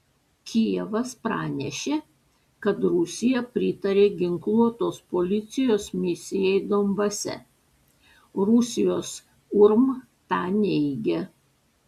kijevas pranešė kad rusija pritarė ginkluotos policijos misijai donbase rusijos urm tą neigia